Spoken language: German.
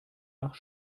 nach